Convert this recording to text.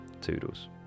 Toodles